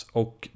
och